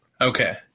Okay